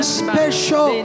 special